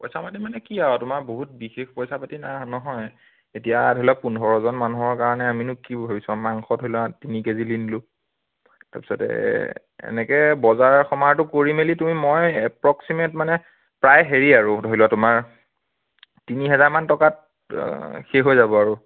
পইচা পাতি মানে কি আৰু তোমাৰ বহুত বিশেষ পইচা পাতি নাই নহয় এতিয়া ধৰি লোৱা পোন্ধৰজন মানুহৰ কাৰণে আমিনো কি ভাবিছোঁ আৰু মাংস ধৰি লোৱা তিনি কেজি কিনিলোঁ তাৰপিছতে এনেকৈ বজাৰ সমাৰটো কৰি মেলি তুমি মই এপ্ৰক্সিমেট মানে প্ৰায় হেৰি আৰু ধৰি লোৱা তোমাৰ তিনি হেজাৰমান টকাত শেষ হৈ যাব আৰু